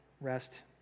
rest